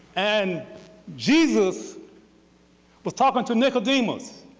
and jesus was talking to nicodemus,